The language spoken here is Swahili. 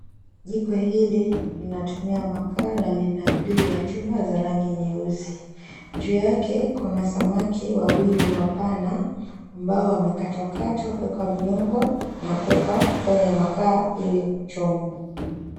Jiko hili linatumia makaa na lina grill ya chuma ya rangi nyeusi. Juu yake kuna samaki wawili ambao wamekatwa katwa na kuwekwa viungo na kuwekwa kwenye makaa ili kuchomwa.